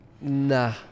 Nah